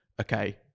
okay